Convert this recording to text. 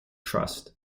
trust